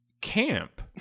camp